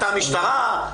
אתה משטרה?